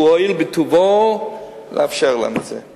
הוא הואיל בטובו לאפשר להם את זה.